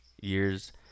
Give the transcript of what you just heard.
years